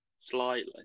slightly